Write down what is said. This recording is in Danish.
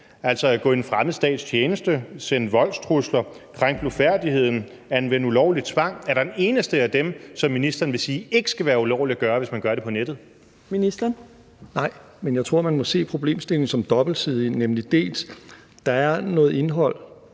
altså at gå i en fremmed stats tjeneste, sende voldstrusler, krænke blufærdigheden, anvende ulovlig tvang? Er der et eneste af dem, som ministeren vil sige ikke skal være ulovligt at gøre, hvis man gør det på nettet? Kl. 15:02 Fjerde næstformand (Trine Torp): Ministeren. Kl.